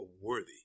worthy